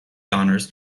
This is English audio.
honors